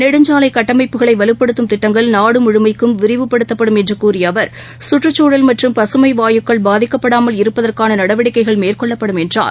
நெடுஞ்சாலைட்டமைப்புகளைவலுப்படுத்தும் திட்டங்கள் நாடுமுழுமைக்கும் விரிவுபடுத்தப்படும் என்றுகூறியஅவர் சுற்றுச்சூழல் மற்றும் பசுமைவாயுக்கள் பாதிக்கப்படாமல் இருப்பதற்கானநடவடிக்கைமேற்கொள்ளப்படும் என்றார்